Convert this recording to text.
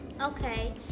Okay